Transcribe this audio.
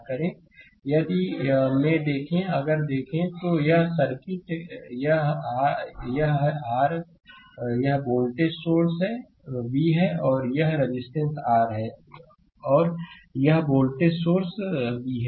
slide समय देखें 0101 यदि में देखें अगर देखें तो यह सर्किट कि यह r है यह वोल्टेज सोर्स v है और यह रेजिस्टेंस R है और यह वोल्टेज सोर्स v है